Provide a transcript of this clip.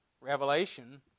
Revelation